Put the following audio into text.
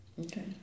Okay